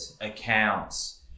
accounts